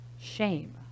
shame